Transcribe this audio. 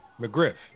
McGriff